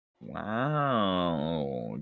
Wow